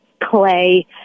clay